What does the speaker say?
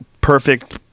perfect